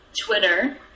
Twitter